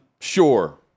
sure